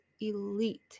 elite